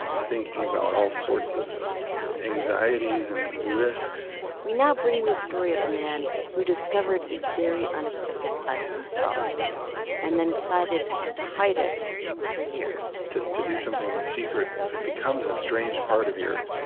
thinking about all sorts of anxieties and risks we now bring you a story of a man who discovered a very unexpected side of himself and then decided to hide it for years to to do something in secret, it becomes a strange part of your